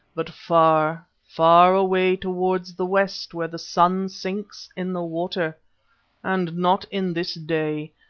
but far, far away towards the west where the sun sinks in the water and not in this day,